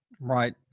Right